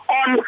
on